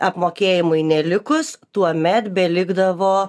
apmokėjimui nelikus tuomet belikdavo